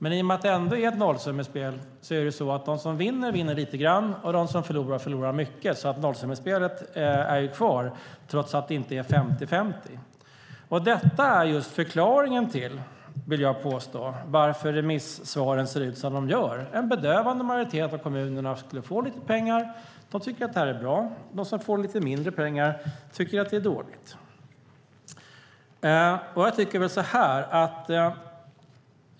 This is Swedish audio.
I och med att det är ett nollsummespel innebär det att de som vinner vinner lite grann och de som förlorar förlorar mycket. Nollsummespelet är alltså kvar trots att fördelningen inte är 50-50. Det vill jag påstå är förklaringen till varför remissvaren ser ut som de gör. En bedövande majoritet av kommunerna skulle få en del pengar, vilket de tycker är bra. De som skulle få lite mindre pengar tycker att det är dåligt.